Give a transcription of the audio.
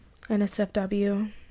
nsfw